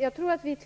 Jag tror att vi är